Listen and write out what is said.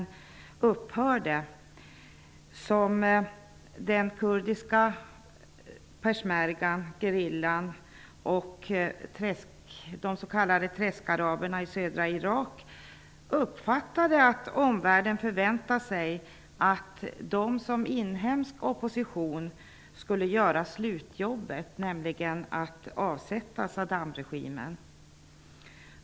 Då uppfattade den kurdiska persmergan, gerillan, och de s.k. träskaraberna i södra Irak att omvärlden förväntade sig att de som inhemsk opposition skulle göra slutjobbet och avsätta Saddamregimen.